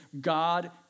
God